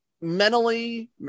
mentally